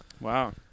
Wow